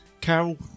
Carol